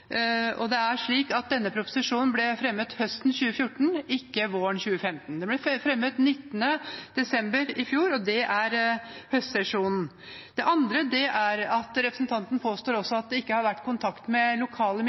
Det er slik at denne proposisjonen ble fremmet høsten 2014, ikke våren 2015. Den ble fremmet 19. desember i fjor, og det er høstsesjonen. Det andre er at representanten også påstår at det ikke har vært kontakt med lokale